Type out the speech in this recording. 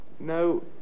No